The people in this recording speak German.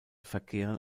verkehren